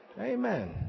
Amen